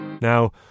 now